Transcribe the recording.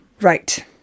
right